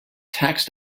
tax